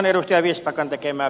kannatan ed